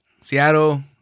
Seattle